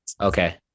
okay